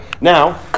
now